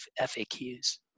FAQs